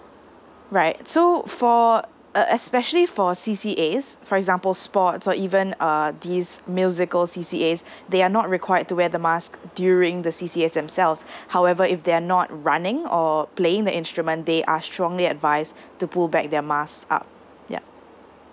right so for uh especially for C_C_As for example sport or even err this musical C_C_As they are not required to wear the mask during the C_C_As themselves however if they are not running or playing the instrument they are strongly advised to pull back their mask up yup